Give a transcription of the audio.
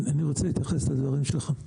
אני רוצה להתייחס לדברים שלך.